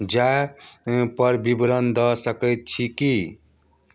जयपर विवरण दऽ सकै छी कि